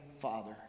Father